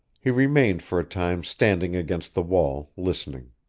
he remained for a time standing against the wall, listening.